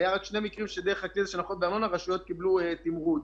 היו רק שני מקרים שדרך הכלי של הנחות בארנונה רשויות קיבלו תמרוץ.